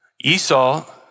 Esau